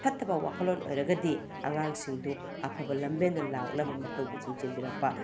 ꯐꯠꯇꯕ ꯋꯥꯈꯜꯂꯣꯟ ꯑꯣꯏꯔꯒꯗꯤ ꯑꯉꯥꯡꯁꯤꯡꯗꯨ ꯑꯐꯕ ꯂꯝꯕꯦꯟꯗ ꯂꯥꯛꯅꯕ ꯃꯈꯣꯏꯕꯨ ꯆꯤꯡꯁꯤꯟꯕꯤꯔꯛꯄ